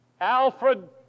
Alfred